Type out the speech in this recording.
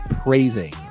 praising